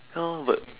ya lor but